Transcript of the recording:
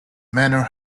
manor